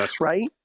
right